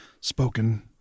spoken